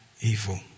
evil